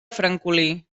francolí